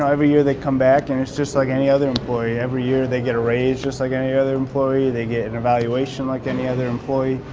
every year they come back, and it's just like any other employee. every year, they get a raise just like any other employee. they get an evaluation like any other employee.